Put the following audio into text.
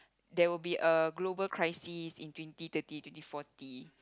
there will be a global crisis in twenty thirty twenty forty